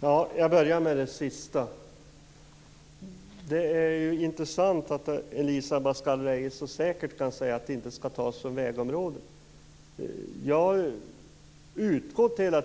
Herr talman! Jag börjar med det sista. Elisa Abascal Reyes kan inte så säkert säga att pengarna inte skall tas från vägområdet. Jag har